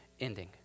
ending